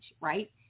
right